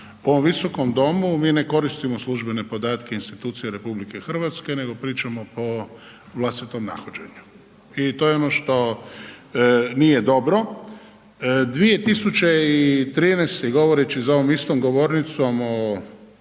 u ovom Visokom domu mi ne koristimo službene podatke institucija RH nego pričamo po vlastitom nahođenju. I to je ono što nije dobro. 2013. govoreći za ovom istom govornicom o,